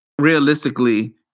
realistically